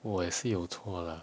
我也是有错 lah